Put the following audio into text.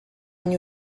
new